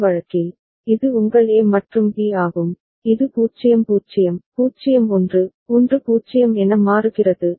இந்த வழக்கில் இது உங்கள் A மற்றும் B ஆகும் இது 0 0 0 1 1 0 என மாறுகிறது